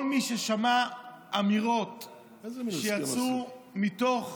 כל מי ששמע אמירות שיצאו מתוך,